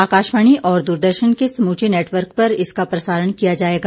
आकाशवाणी और दूरदर्शन के समूचे नेटवर्क पर इसका प्रसारण किया जायेगा